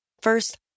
First